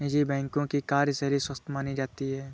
निजी बैंकों की कार्यशैली स्वस्थ मानी जाती है